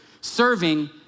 Serving